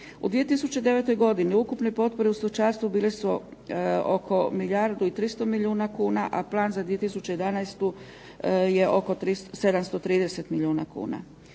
U 2009. godini ukupni potpore u stočarstvu bile su oko milijardu i 300 milijuna kuna a plan za 2011. je oko 730 milijuna kuna.